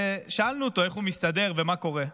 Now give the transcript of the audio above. ושאלנו אותו איך הוא מסתדר ומה קורה.